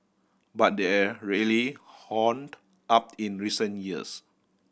but there really honed up in recent years